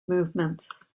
movements